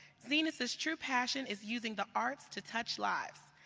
zenas's true passion is using the arts to touch lives,